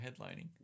headlining